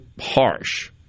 harsh